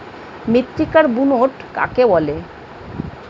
মৃত্তিকার বুনট কাকে বলে?